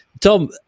Tom